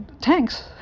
tanks